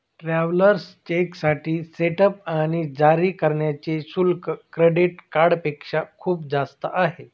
travellers चेकसाठी setup आणि जारी करण्याचे शुल्क क्रेडिट कार्डपेक्षा खूप जास्त आहे